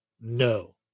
no